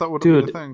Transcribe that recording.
Dude